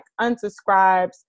unsubscribes